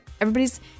Everybody's